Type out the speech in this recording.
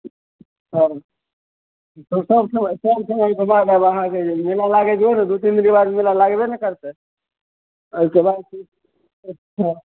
घर बैसल छै सब छै इन्तजारमे अहाँके मेला लागै दियौ ने दू तीन दिनके बाद मेला लागबे ने करतै अइके बाद की अच्छा